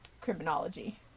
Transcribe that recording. criminology